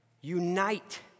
unite